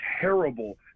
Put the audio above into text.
terrible